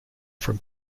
from